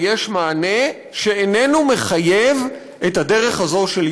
ויש מענה שאיננו מחייב את הדרך הזאת של